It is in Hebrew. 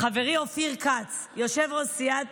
חברי אופיר כץ, יושב-ראש סיעת